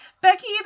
Becky